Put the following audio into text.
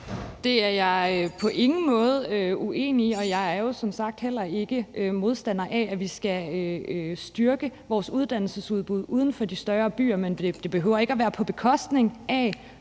Det er jeg på ingen måde uenig i. Jeg er som sagt heller ikke modstander af, at vi skal styrke vores uddannelsesudbud uden for de større byer. Men det behøver ikke at være på bekostning af